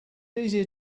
easier